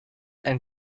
and